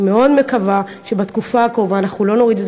אני מאוד מקווה שבתקופה הקרובה אנחנו לא נוריד את